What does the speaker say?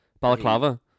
Balaclava